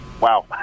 wow